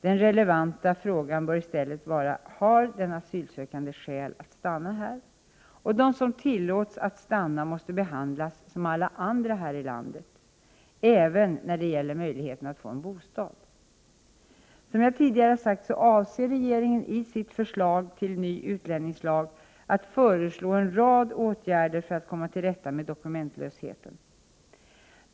Den relevanta frågan bör i stället vara: Har den asylsökande skäl att stanna här? De som tillåts stanna måste behandlas som alla andra här i landet, även när det gäller möjligheten att få en bostad. Som jag tidigare sagt avser regeringen i sitt förslag till ny utlänningslag att föreslå en rad åtgärder för att komma till rätta med dokumentlösheten.